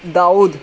داؤد